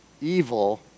evil